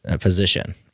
position